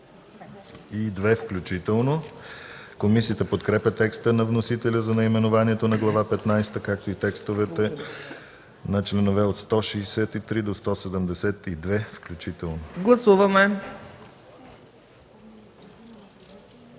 до 172 включително. Комисията подкрепя текста на вносителя за наименованието на Глава петнадесета, както и текстовете на членове от 163 до 172 включително.